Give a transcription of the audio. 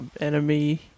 enemy